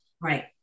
Right